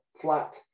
flat